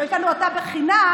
שיש לנו אותה חינם,